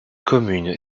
commune